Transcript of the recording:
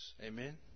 Amen